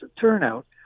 turnout